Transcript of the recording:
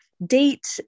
Date